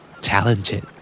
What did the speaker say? Talented